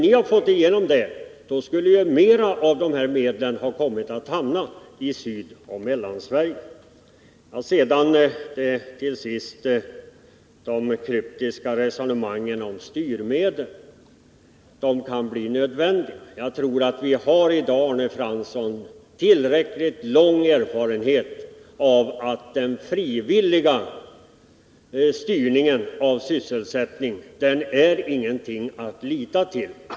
Hade ni fått igenom det, skulle mer av dessa medel ha hamnat i södra och mellersta Sverige. Till sist det kryptiska resonemanget om att styrmedel kan bli nödvändiga. Jag tror att vi i dag har tillräckligt lång erfarenhet av att den frivilliga styrningen av sysselsättningen ingenting är att lita till.